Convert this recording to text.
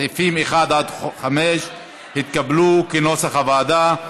סעיפים 1 5 התקבלו כנוסח הוועדה.